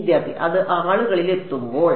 വിദ്യാർത്ഥി അത് ആളുകളിൽ എത്തുമ്പോൾ